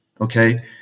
Okay